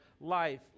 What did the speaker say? life